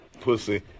pussy